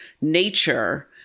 nature